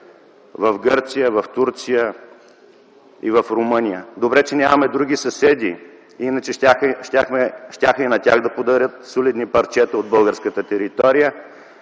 в Гърция, в Турция и в Румъния. Добре, че нямаме други съседи, иначе щяха и на тях да подарят солидни парчета от българската територия